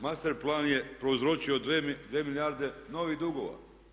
Master plan je prouzročio 2 milijarde novih dugova.